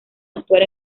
actuar